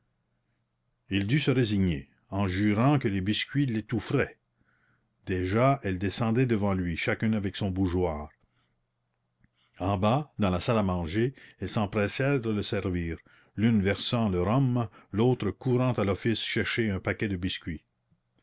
il dut se résigner en jurant que les biscuits l'étoufferaient déjà elles descendaient devant lui chacune avec son bougeoir en bas dans la salle à manger elles s'empressèrent de le servir l'une versant le rhum l'autre courant à l'office chercher un paquet de biscuits